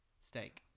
Steak